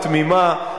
תמימה,